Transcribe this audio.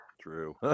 True